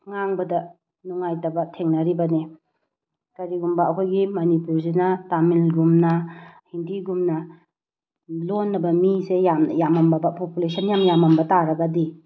ꯉꯥꯡꯕꯗ ꯅꯨꯡꯉꯥꯏꯇꯕ ꯊꯦꯡꯅꯔꯤꯕꯅꯤ ꯀꯔꯤꯒꯨꯝꯕ ꯑꯩꯈꯣꯏꯒꯤ ꯃꯅꯤꯄꯨꯔꯁꯤꯅ ꯇꯥꯃꯤꯜꯒꯨꯝꯅ ꯍꯤꯟꯗꯤꯒꯨꯝꯅ ꯂꯣꯟꯅꯅꯕ ꯃꯤꯁꯦ ꯌꯥꯝꯅ ꯌꯥꯝꯃꯝꯃꯕ ꯄꯣꯄꯨꯂꯦꯁꯟ ꯌꯥꯝ ꯌꯥꯝꯃꯝꯕ ꯇꯔꯒꯗꯤ